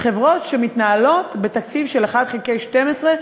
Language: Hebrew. חברות שמתנהלות בתקציב של 1 חלקי 12,